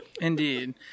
Indeed